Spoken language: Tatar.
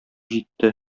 җитте